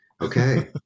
Okay